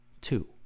two